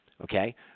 Okay